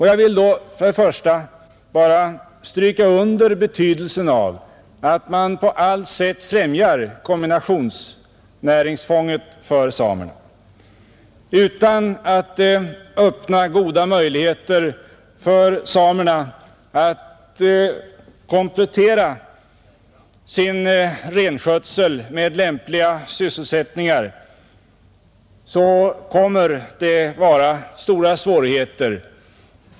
Jag vill då för det första bara stryka under betydelsen av att man på allt sätt främjar kombinationsnäringsfånget för samerna, Utan att öppna goda möjligheter för samerna att komplettera sin renskötsel med lämpliga sysselsättningar kommer det att vara stora svårigheter.